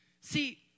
See